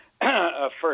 first